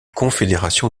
confédération